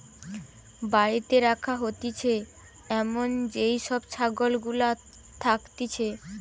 বাড়িতে রাখা হতিছে এমন যেই সব ছাগল গুলা থাকতিছে